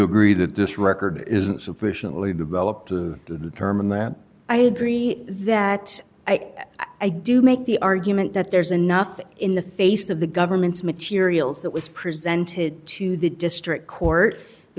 agree that this record isn't sufficiently developed in the term that i agree that i do make the argument that there's enough in the face of the government's materials that was presented to the district court the